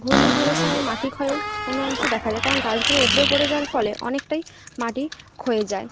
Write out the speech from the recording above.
ঘূর্ণিঝড়ের সময় মাটি ক্ষয়ও কোনো অংশে দেখা যায় কারণ গাছগুলো উপড়ে পড়ে যাওয়ার ফলে অনেকটাই মাটি ক্ষয়ে যায়